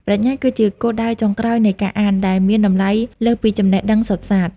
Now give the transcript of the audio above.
ប្រាជ្ញា គឺជាគោលដៅចុងក្រោយនៃការអាន ដែលមានតម្លៃលើសពីចំណេះដឹងសុទ្ធសាធ។